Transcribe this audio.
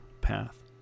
path